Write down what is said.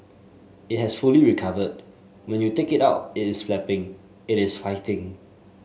it has fully recovered when you take it out it's flapping it is fighting